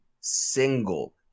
single